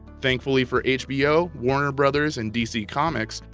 thankfully for hbo, warner brothers and dc comics,